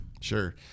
Sure